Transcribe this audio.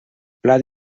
pla